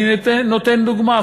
אני נותן דוגמה,